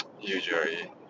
usually